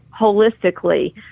holistically